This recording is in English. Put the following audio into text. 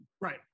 right